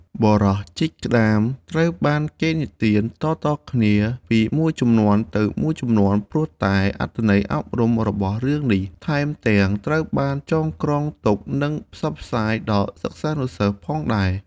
រឿងបុរសជីកក្តាមត្រូវបានគេនិទានតៗគ្នាពីជំនាន់មួយទៅជំនាន់មួយ ព្រោះតែអត្ថន័យអប់រំរបស់រឿងនេះ ថែមទាំងត្រូវបានចងក្រងទុកនិងផ្សព្វផ្សាយដល់សិស្សានុសិស្សផងដែរ។